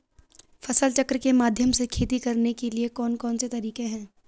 फसल चक्र के माध्यम से खेती करने के लिए कौन कौन से तरीके हैं?